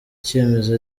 cyemezo